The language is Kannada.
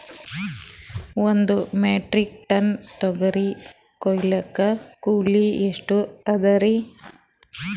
ಒಂದ್ ಮೆಟ್ರಿಕ್ ಟನ್ ತೊಗರಿ ಹೋಯಿಲಿಕ್ಕ ಕೂಲಿ ಎಷ್ಟ ಅದರೀ?